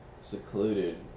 secluded